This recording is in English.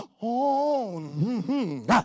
On